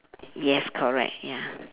yes correct ya